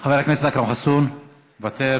חבר הכנסת אכרם חסון, מוותר.